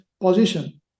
position